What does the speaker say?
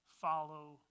follow